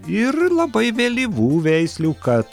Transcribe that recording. ir labai vėlyvų veislių kad